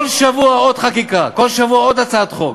כל שבוע עוד חקיקה, כל שבוע עוד הצעת חוק,